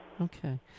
Okay